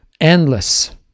endless